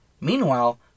Meanwhile